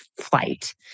flight